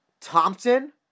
Thompson